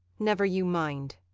never you mind.